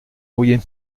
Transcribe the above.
rouillé